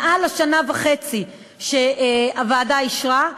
מעל לשנה וחצי שהוועדה אישרה,